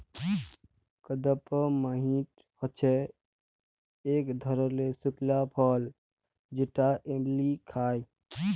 কাদপমহাট হচ্যে ইক ধরলের শুকলা ফল যেটা এমলি খায়